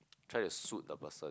try to shoot the person